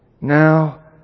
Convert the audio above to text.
Now